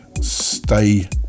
Stay